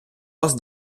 вас